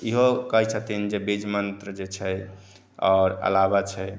इहो कहैत छथिन जे बीज मन्त्र जे छै आओर अलावा छै